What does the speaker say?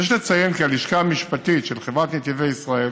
יש לציין כי הלשכה המשפטית של חברת נתיבי ישראל